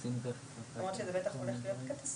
מעבר לעובדה שהם גם לא עומדים בכללי ההיתר או בשאלה